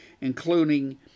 including